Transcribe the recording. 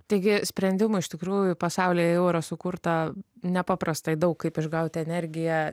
taigi sprendimų iš tikrųjų pasaulyje jau yra sukurta nepaprastai daug kaip išgauti energiją